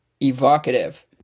evocative